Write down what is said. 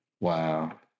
Wow